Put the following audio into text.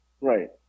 Right